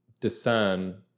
discern